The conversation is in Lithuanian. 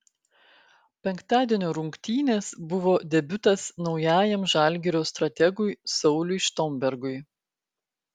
penktadienio rungtynės buvo debiutas naujajam žalgirio strategui sauliui štombergui